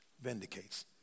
vindicates